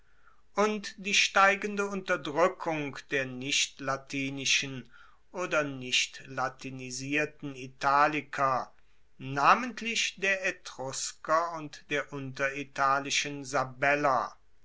und die steigende unterdrueckung der nicht latinischen oder nicht latinisierten italiker namentlich der etrusker und der unteritalischen sabeller